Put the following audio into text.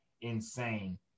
insane